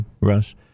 Russ